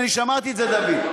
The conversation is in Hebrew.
כן, כן, אני שמעתי את זה, דוד.